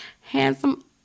Handsome